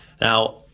Now